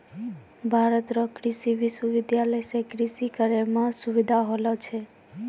भारत रो कृषि विश्वबिद्यालय से कृषि करै मह सुबिधा होलो छै